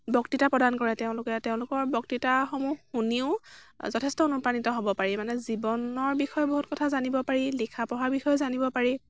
বক্তৃতা প্ৰদান কৰে তেওঁলোকে তেওঁলোকৰ বক্তৃতাসমূহ শুনিও যথেষ্ট অনুপ্ৰাণিত হ'ব পাৰি মানে জীৱনৰ বিষয়ে বহুত কথা জানিব পাৰি লিখা পঢ়াৰ বিষয়েও জানিব পাৰি